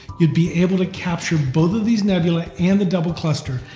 you would be able to capture both of these nebulae and the double cluster,